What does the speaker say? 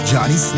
Johnny